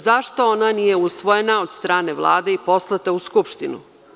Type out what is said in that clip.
Zašto ona nije usvojena od strane Vlade i poslata u Skupštinu?